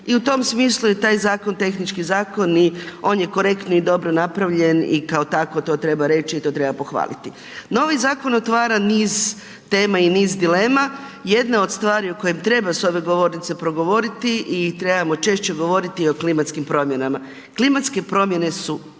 i u tom smislu je taj zakon tehnički zakon i on je korektno i dobro napravljen i kao tako to treba reći i to treba pohvaliti. Novi zakon otvara niz tema i niz dilema, jedna od stvari o kojem treba s ove govornice progovoriti i trebamo češće govoriti o klimatskim promjenama. Klimatske promjene su